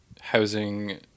housing